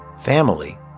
family